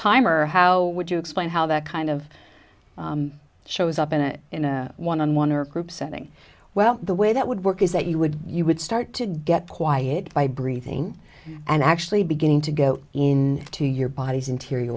time or how would you explain how that kind of shows up in a in a one on one or group setting well the way that would work is that you would you would start to get quieted by breathing and actually beginning to go in to your body's